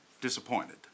disappointed